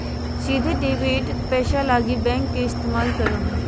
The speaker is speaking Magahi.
सीधे डेबिट पैसा लगी बैंक के इस्तमाल करो हइ